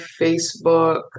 Facebook